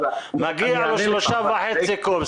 מגיע לו 3.5 קוב,